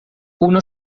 unu